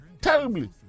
Terribly